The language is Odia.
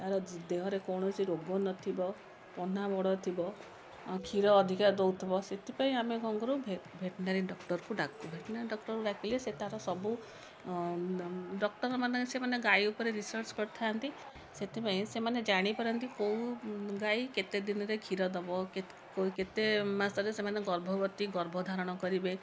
ତାର ଦେହରେ କୌଣସି ରୋଗ ନଥିବ ପହ୍ନା ବଡ଼ ଥିବ କ୍ଷୀର ଅଧିକା ଦେଉଥିବ ସେଥିପାଇଁ ଆମେ କ'ଣ କରୁ ଭେଟନାରୀ ଡକ୍ଟର୍କୁ ଡାକୁ ଭେଟନାରୀ ଡକ୍ଟର୍କୁ ଡାକିଲେ ସେ ତାର ସବୁ ଡକ୍ଟର୍ ମାନେ ସେମାନେ ଗାଈ ଉପରେ ରିସର୍ଚ୍ଚ କରିଥାନ୍ତି ସେଥିପାଇଁ ସେମାନେ ଜାଣିପାରନ୍ତି କେଉଁ ଗାଈ କେତେଦିନିରେ କ୍ଷୀର ଦେବ କେତେ ମାସରେ ସେମାନେ ଗର୍ଭବତୀ ଗର୍ଭଧାରଣ କରିବେ